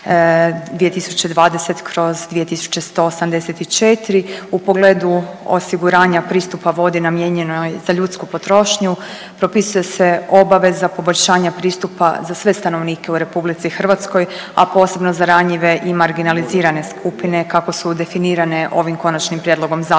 2020/2184 u pogledu osiguranja pristupa vodi namijenjenoj za ljudsku potrošnju, propisuje se obaveza poboljšanja pristupa za sve stanovnike u RH, a posebno za ranjive i marginalizirane skupine kako su definirane ovim konačnim prijedlogom zakona.